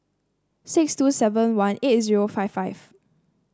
six two seven one eight zero five five